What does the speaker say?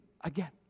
again